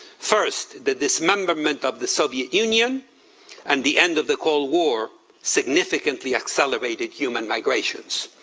first, the dismemberment of the soviet union and the end of the cold war significantly accelerated human migrations.